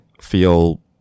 feel